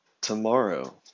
Tomorrow